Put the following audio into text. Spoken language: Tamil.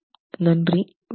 நன்றி வணக்கம்